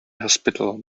hospital